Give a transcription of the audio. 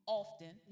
often